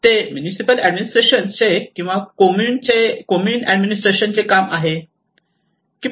ते म्युनिसिपल ऍडमिनिस्ट्रेशनचे किंवा कोममून ऍडमिनिस्ट्रेशन चे काम आहे